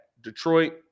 detroit